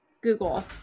google